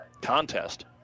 contest